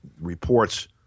Reports